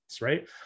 right